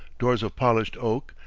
doors of polished oak,